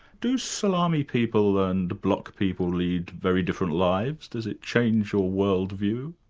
do salami people and block people lead very different lives? does it change your world view?